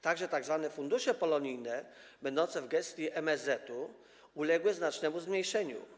Także tzw. fundusze polonijne będące w gestii MSZ uległy znacznemu zmniejszeniu.